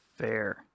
Fair